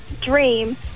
dream